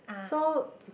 so